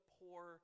poor